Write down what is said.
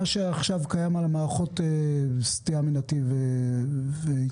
מה שעכשיו קיים על מערכות סטייה מנתיב והתנגשות.